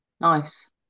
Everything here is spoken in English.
Nice